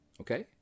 Okay